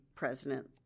president